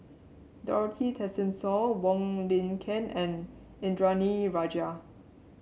Dorothy Tessensohn Wong Lin Ken and Indranee Rajah